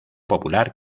popular